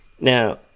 now